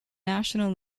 national